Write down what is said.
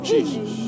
Jesus